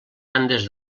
andes